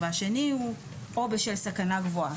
והשנייה היא או בשל סכנה גבוהה.